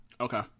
Okay